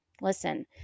Listen